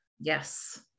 yes